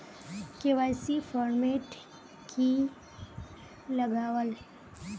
KYC format की लगावल?